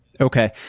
Okay